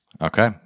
Okay